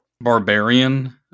barbarian